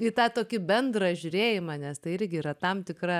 į tą tokį bendrą žiūrėjimą nes tai irgi yra tam tikra